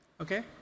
okay